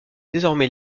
désormais